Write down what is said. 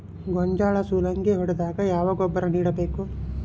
ಗೋಂಜಾಳ ಸುಲಂಗೇ ಹೊಡೆದಾಗ ಯಾವ ಗೊಬ್ಬರ ನೇಡಬೇಕು?